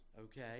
okay